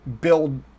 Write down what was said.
build